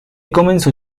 comenzó